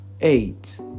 eight